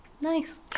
Nice